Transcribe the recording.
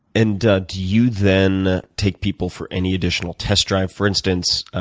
and do you then take people for any additional test drive? for instance,